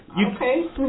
Okay